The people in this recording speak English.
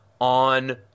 on